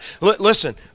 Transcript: Listen